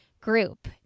group